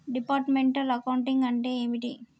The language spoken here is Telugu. డిపార్ట్మెంటల్ అకౌంటింగ్ అంటే ఏమిటి?